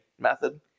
method